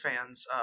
fans